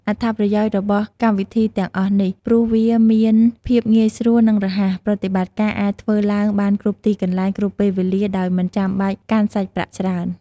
អត្ថប្រយោជន៍របស់វកម្មវិធីទាំងអស់នេះ ព្រោះវាមានភាពងាយស្រួល និងរហ័ស ប្រតិបត្តិការអាចធ្វើឡើងបានគ្រប់ទីកន្លែង គ្រប់ពេលវេលា ដោយមិនចាំបាច់កាន់សាច់ប្រាក់ច្រើន។